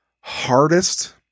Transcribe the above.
hardest